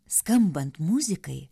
skambant muzikai